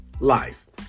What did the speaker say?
life